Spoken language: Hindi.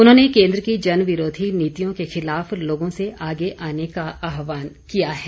उन्होंने केंद्र की जनविरोधी नीतियों के खिलाफ लोगों से आगे आने का आहवान किया है